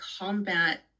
combat